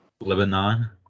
Lebanon